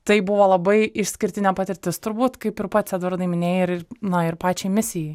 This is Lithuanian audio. tai buvo labai išskirtinė patirtis turbūt kaip ir pats edvardai minėjai ir na ir pačiai misijai